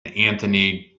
anthony